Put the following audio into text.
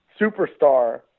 superstar